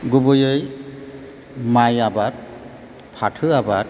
गुबैयै माइ आबाद फाथो आबाद